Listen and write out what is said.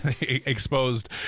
exposed